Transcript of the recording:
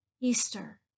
Easter